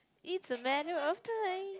it's the matter of time